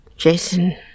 Jason